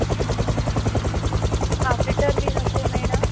half रेटार बीन अशें मेळना